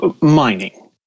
mining